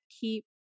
keep